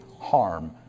harm